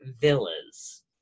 villas